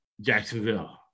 Jacksonville